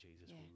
Jesus